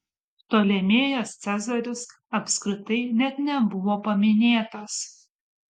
ptolemėjas cezaris apskritai net nebuvo paminėtas